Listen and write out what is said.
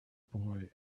boy